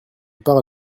par